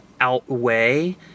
outweigh